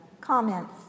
comments